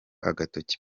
agatoki